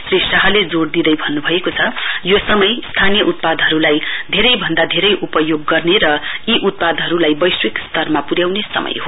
श्री शाहले जोइ दिँदै भन्नुभयो यो समय स्थानीय अप्पादहरुलाई धेरै भन्द धेरै उपयोग गर्ने र यी उत्पादहरुलाई वैश्विक स्तरमा पुर्याउने समय हो